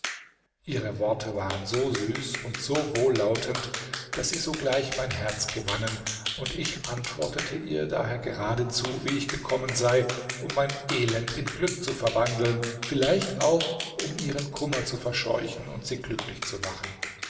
ihre worte waren so süß und so wohllautend daß sie sogleich mein herz gewannen und ich antwortete ihr daher geradezu wie ich gekommen sei um mein elend in glück zu verwandeln vielleicht auch um ihren kummer zu verscheuchen und sie glücklich zu machen